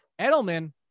Edelman